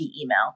email